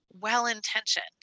well-intentioned